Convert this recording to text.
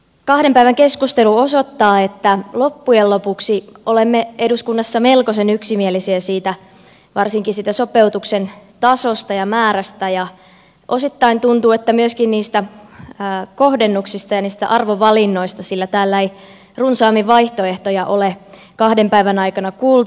kahden päivän keskustelu osoittaa että loppujen lopuksi olemme eduskunnassa melkoisen yksimielisiä varsinkin sopeutuksen tasosta ja määrästä ja osittain tuntuu että myöskin kohdennuksista ja arvovalinnoista sillä täällä ei runsaammin vaihtoehtoja ole kahden päivän aikana kuultu